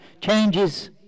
changes